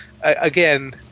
again